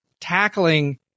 tackling